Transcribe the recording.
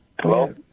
Hello